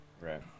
right